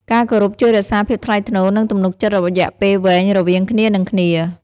ការគោរពជួយរក្សាភាពថ្លៃថ្នូរ និងទំនុកចិត្តរយៈពេលវែងរវាងគ្នានឹងគ្នា។